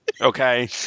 okay